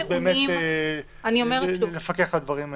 אין באמת אפשרות לפקח על הדברים האלה.